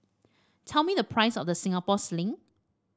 tell me the price of The Singapore Sling